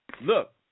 look